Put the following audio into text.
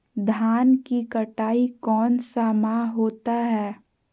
धान की कटाई कौन सा माह होता है?